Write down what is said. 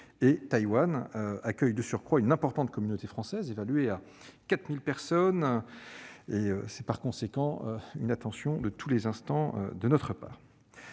Taïwan accueille de surcroît une importante communauté française, évaluée à 4 000 personnes, qui font l'objet d'une attention de tous les instants de notre part.